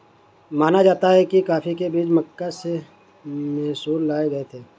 माना जाता है कि कॉफी के बीज मक्का से मैसूर लाए गए थे